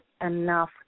enough